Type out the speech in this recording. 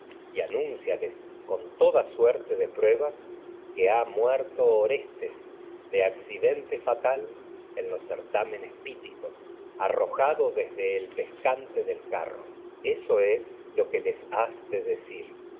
y anuncíales orestes con toda suerte de fatal en pruebas los que muerto de accidente certámenes piticos que arrojado desde el pescante del carro eso es lo les has de decir